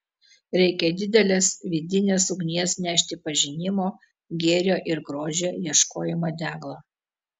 reikia didelės vidinės ugnies nešti pažinimo gėrio ir grožio ieškojimo deglą